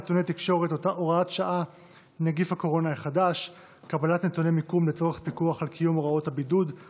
תקנות שעת חירום (נתוני מיקום) (תיקון מס' 3),